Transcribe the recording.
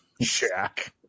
Jack